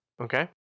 Okay